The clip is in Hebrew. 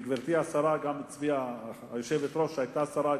וגברתי היושבת-ראש היתה שרה.